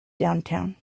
downtown